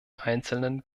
einzelnen